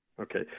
Okay